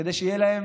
כדי שיהיה להם